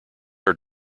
are